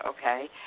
okay